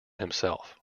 himself